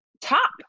top